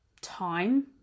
time